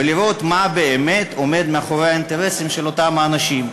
ולראות מה באמת עומד מאחורי האינטרסים של אותם אנשים.